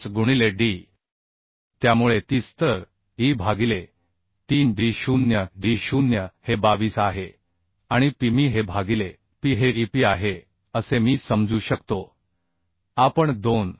5 गुणिले d त्यामुळे 30 तर E भागिले 3d0d0 हे 22 आहे आणि P मी हे भागिले P हे EP आहे असे मी समजू शकतो आपण 2